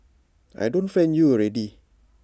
I don't friend you already